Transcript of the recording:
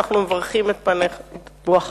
אנחנו מקדמים את פניך בברכה.